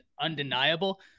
undeniable